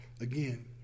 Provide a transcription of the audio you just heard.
again